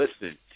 listen